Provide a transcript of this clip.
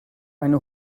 eine